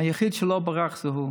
היחיד שלא ברח זה הוא,